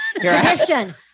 Tradition